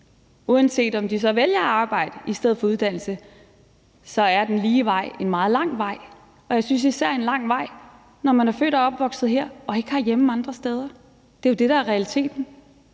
uanset om de så vælger at arbejde i stedet for at tage en uddannelse, er en meget lang vej, og jeg synes især en lang vej, når man er født og opvokset her og ikke har hjemme andre steder. Det er jo det, der er realiteten.